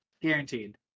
guaranteed